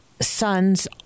sons